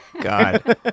God